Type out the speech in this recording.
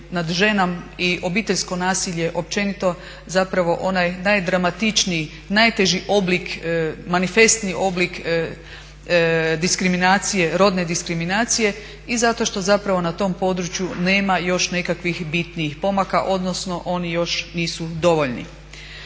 i obiteljsko nasilje općenito zapravo onaj najdramatičniji, najteži oblik, manifestni oblik diskriminacije, rodne diskriminacije i zato što zapravo na tom području nema još nekakvih bitnijih pomaka odnosno oni još nisu dovoljni.